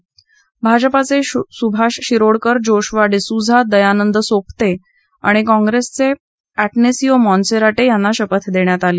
त्यामधे भाजपाचे सुभाष शिरोडकर जोशवा डिसूझा दयानंद सोपते आणि काँप्रेसचे अट्टीतियो मॉन्सेराटे यांना शपथ देण्यात आली